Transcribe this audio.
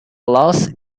loss